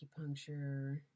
acupuncture